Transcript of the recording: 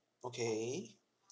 okay